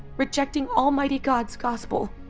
rejecting almighty god's gospel.